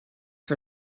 for